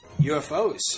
UFOs